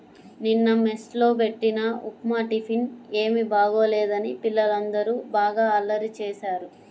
నిన్న మెస్ లో బెట్టిన ఉప్మా టిఫిన్ ఏమీ బాగోలేదని పిల్లలందరూ బాగా అల్లరి చేశారు